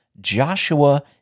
Joshua